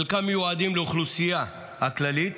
שחלקם מיועדים לאוכלוסייה הכללית